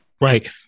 Right